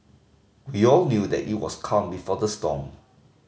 we all knew that it was calm before the storm